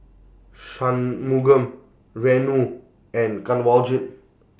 Shunmugam Renu and Kanwaljit